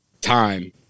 time